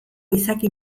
izaki